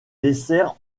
dessert